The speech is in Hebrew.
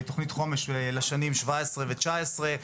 תוכנית חומש לשנים 2017 2019,